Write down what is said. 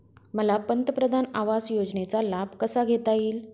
मला पंतप्रधान आवास योजनेचा लाभ कसा घेता येईल?